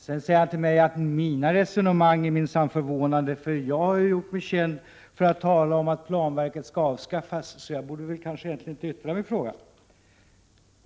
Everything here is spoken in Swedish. Han säger vidare till mig att mina resonemang minsann är förvånande, för jag har ju gjort mig känd för att tala om att planverket skall avskaffas, så jag borde egentligen inte yttra mig i den här frågan.